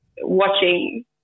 watching